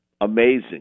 amazing